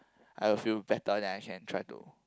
I will feel better then I can try to